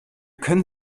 können